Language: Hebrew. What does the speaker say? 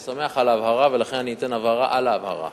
אני שמח על ההבהרה ולכן אני אתן הבהרה על ההבהרה.